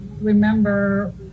remember